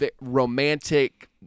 romantic